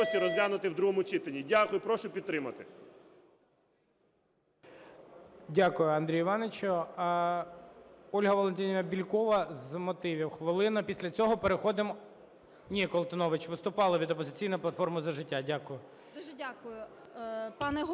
Дякую, Андрію Івановичу. Ольга Валентинівна Бєлькова, з мотивів хвилина. Після цього переходимо… Ні, Колтунович, виступали від "Опозиційна платформа – За життя". Дякую. 17:07:37